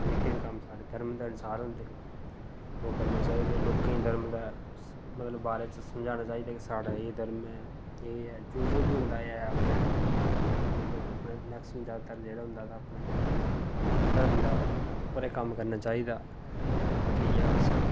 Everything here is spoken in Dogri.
जेह्के बी कम्म साढ़े धर्म दे अनुसार होंदे ओह् करने चाहिदे लोकें गी धर्म दा मतलब बारै समझाना कि साढ़ा एह् धर्म ऐ जे एह् ऐ जो जो बी होंदा ऐ अपने लेकिन मैक्सीमम ज्यादा जेह्ड़ा होंदा ऐ अपने धर्म दा गै कम्म करना चाहिदा बाकी इ'यै अस